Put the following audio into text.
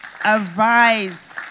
Arise